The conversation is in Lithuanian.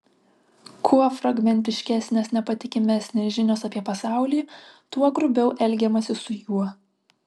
kuo fragmentiškesnės nepatikimesnės žinios apie pasaulį tuo grubiau elgiamasi su juo